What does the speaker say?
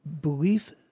belief